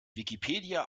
wikipedia